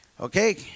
Okay